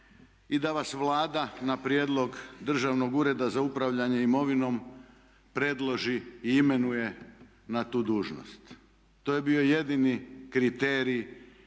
i da vas Vlada na prijedlog Državnog ureda za upravljanje imovinom predloži i imenuje na tu dužnost. To je bio jedini kriterij